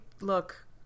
look